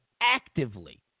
actively